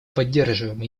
поддерживаем